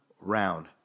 round